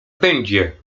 będzie